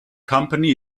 company